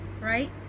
right